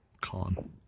Con